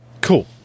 cool